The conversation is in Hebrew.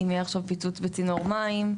אם יהיה עכשיו פיצוץ בצינור מים?